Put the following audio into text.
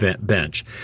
bench